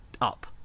up